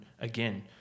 again